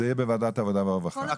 הכל יהיה בוועדת העבודה והרווחה.